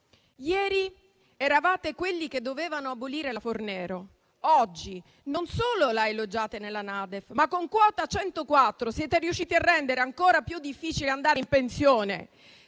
Ieri eravate quelli che dovevano abolire la legge Fornero: oggi, non solo la elogiate nella NADEF, ma con Quota 104 siete riusciti a rendere ancora più difficile andare in pensione.